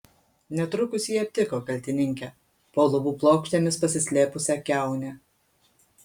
netrukus jie aptiko kaltininkę po lubų plokštėmis pasislėpusią kiaunę